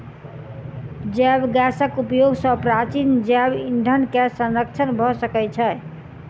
जैव गैसक उपयोग सॅ प्राचीन जैव ईंधन के संरक्षण भ सकै छै